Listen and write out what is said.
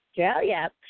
Australia